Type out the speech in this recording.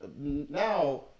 now